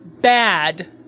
bad